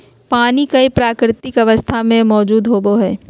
पानी कई प्राकृतिक अवस्था में मौजूद होबो हइ